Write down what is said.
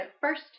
first